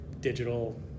digital